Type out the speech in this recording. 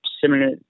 similar